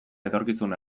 etorkizun